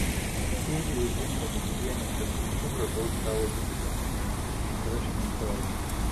sėdi eugenija dobilienė ties pačiu gražaus stalo viduriu tikra šventoji